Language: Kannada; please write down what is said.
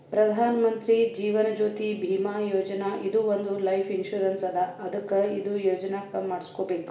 ಪ್ರಧಾನ್ ಮಂತ್ರಿ ಜೀವನ್ ಜ್ಯೋತಿ ಭೀಮಾ ಯೋಜನಾ ಇದು ಒಂದ್ ಲೈಫ್ ಇನ್ಸೂರೆನ್ಸ್ ಅದಾ ಅದ್ಕ ಇದು ಯೋಜನಾ ಮಾಡುಸ್ಕೊಬೇಕ್